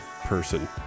person